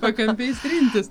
pakampiais trintis